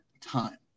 time